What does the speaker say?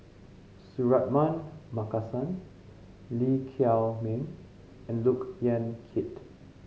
Suratman Markasan Lee Chiaw Meng and Look Yan Kit